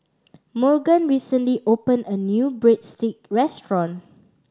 Morgan recently opened a new Breadstick restaurant